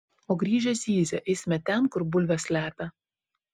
o grįžę zyzia eisime ten kur bulves slepia